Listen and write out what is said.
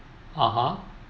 (uh huh)